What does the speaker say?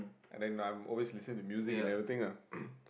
and then I'm always listening to music and everything ah